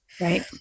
right